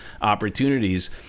opportunities